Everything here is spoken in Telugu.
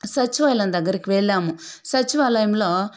సచివాలయం దగ్గరికి వెళ్ళాము సచివాలయంలో